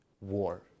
war